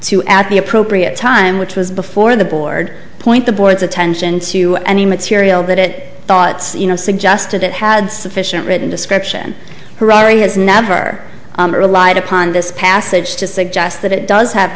to at the appropriate time which was before the board point the board's attention to any material that it thoughts you know suggested it had sufficient written description harari has never relied upon this passage to suggest that it does have